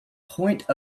point